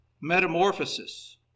metamorphosis